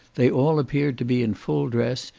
they all appeared to be in full dress,